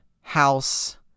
House